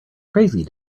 crazy